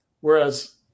whereas